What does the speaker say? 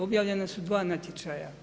Objavljena su dva natječaja.